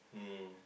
mm